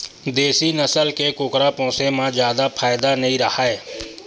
देसी नसल के कुकरा पोसे म जादा फायदा नइ राहय